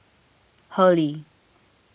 Hurley